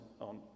on